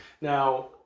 Now